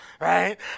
right